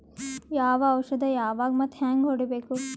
ಯಾವ ಔಷದ ಯಾವಾಗ ಮತ್ ಹ್ಯಾಂಗ್ ಹೊಡಿಬೇಕು?